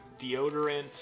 deodorant